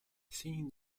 seeing